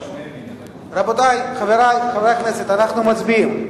רבותי חברי חברי הכנסת, אנחנו מצביעים.